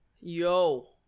Yo